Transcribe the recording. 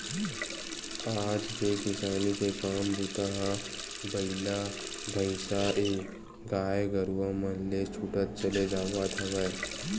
आज के किसानी के काम बूता ह बइला भइसाएगाय गरुवा मन ले छूटत चले जावत हवय